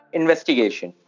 investigation